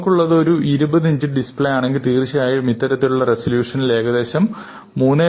നമുക്കുള്ളത് ഒരു 20 inch display ആണെങ്കിൽ തീർച്ചയായും ഇത്തരത്തിലുള്ള റെസല്യൂഷനിൽ ഏകദേശം 3